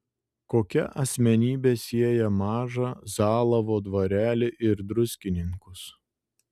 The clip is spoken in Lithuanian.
kokia asmenybė sieja mažą zalavo dvarelį ir druskininkus